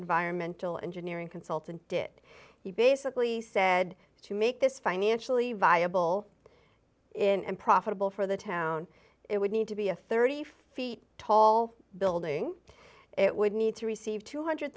environmental engineering consultant did it he basically said to make this financially viable and profitable for the town it would need to be a thirty five feet tall bill it would need to receive two hundred